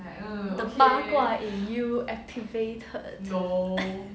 the 八卦 in you activated